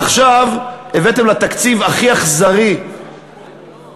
עכשיו הבאתם את התקציב אולי הכי אכזרי בהיסטוריה,